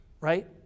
right